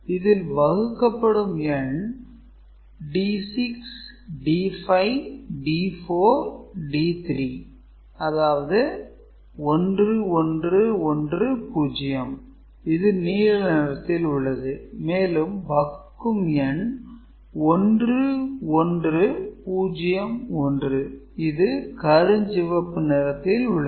இதில் வகுக்கப்படும் எண் D6 D5 D4 D3 அதாவது 1 1 1 0 இது நீல நிறத்தில் உள்ளது மேலும் வகுக்கும் எண் 1 1 0 1 இது கருஞ்சிவப்பு நிறத்தில் உள்ளது